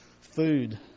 food